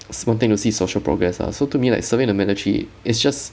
it's one thing to see social progress ah so to me like serving the military is just